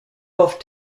off